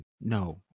No